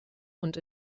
und